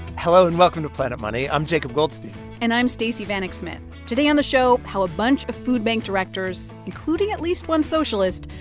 hello, and welcome to planet money. i'm jacob goldstein and i'm stacey vanek smith. today on the show, how a bunch of food bank directors, including at least one socialist,